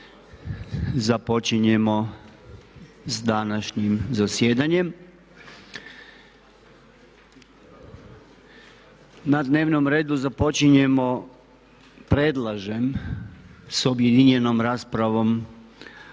Započinjemo s današnjim zasjedanjem. Na dnevnom redu započinjemo predlažem s objedinjenom raspravom